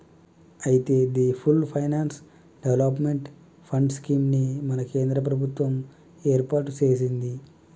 అయితే the full finance development fund scheme ని మన కేంద్ర ప్రభుత్వం ఏర్పాటు సెసింది